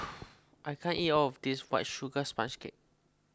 I can't eat all of this White Sugar Sponge Cake